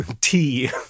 tea